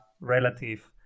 relative